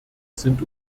sind